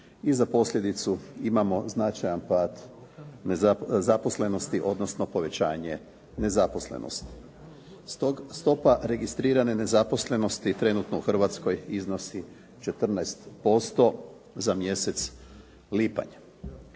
i za posljedicu imamo značajan pad zaposlenosti odnosno povećanje nezaposlenosti. Stopa registrirane nezaposlenosti trenutno u Hrvatskoj iznosi 14% za mjesec lipanj.